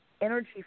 energy